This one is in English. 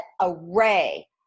array